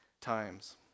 times